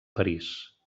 parís